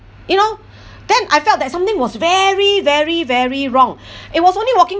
you know then I felt that something was very very very wrong it was only walking